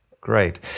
Great